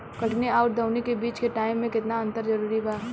कटनी आउर दऊनी के बीच के टाइम मे केतना अंतर जरूरी बा?